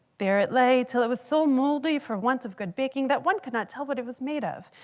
there it lay till it was so moldy for want of good baking that one could not tell what it was made of.